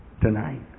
tonight